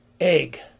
egg